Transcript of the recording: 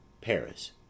Paris